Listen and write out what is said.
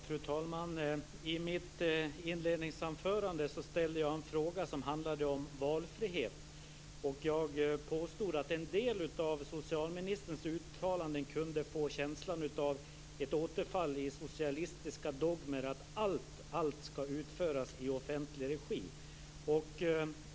Fru talman! I mitt inledningsanförande ställde jag en fråga som handlade om valfrihet, och jag påstod att en del av socialministerns uttalanden kunde ge en känsla av ett återfall i socialistiska dogmer, att allt skall utföras i offentlig regi.